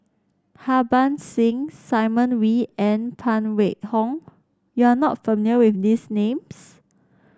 Harbans Singh Simon Wee and Phan Wait Hong You are not familiar with these names